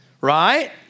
right